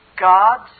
God's